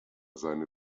seine